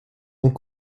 und